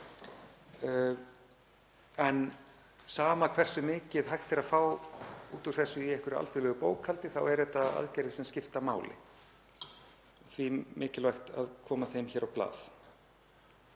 En sama hversu mikið hægt er að fá út úr þessu í einhverju alþjóðlegu bókhaldi eru þetta aðgerðir sem skipta máli og því er mikilvægt að koma þeim á blað.